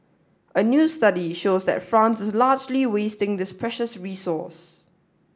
a new study shows that France is largely wasting this precious resource